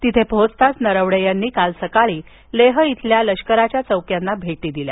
तिथे पोहोचताच नरवणे यांनी काल सकाळी लेह इथं लष्कराच्या चौक्यांना भेट दिली